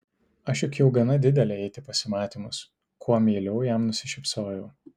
aš juk jau gana didelė eiti į pasimatymus kuo meiliau jam nusišypsojau